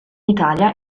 italia